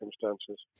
circumstances